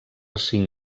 cinc